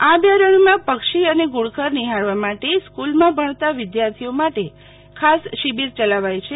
આ અભ્યારણમાં પક્ષી અને ધુ ડખર નિહાળવા માટે સ્કુલમાં ભણતા વિધાર્થીઓ માટે ખાસ શિબિર ચલાવાય છે